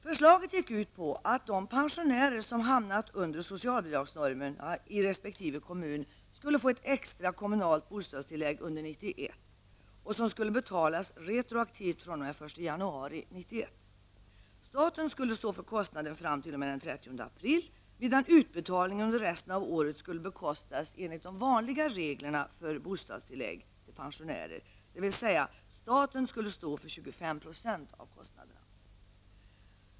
Förslaget gick ut på att de pensionärer som hamnat under socialbidragsnormerna i resp. kommun skulle få ett extra kommunalt bostadstillägg under januari 1991. Staten skulle stå för kostnaden fram t.o.m. den 30 april, medan utbetalningen under resten av året skulle bekostas enligt de vanliga reglerna för bostadstillägg till pensionärer, dvs. att staten skulle stå för 25 % av kostnaderna.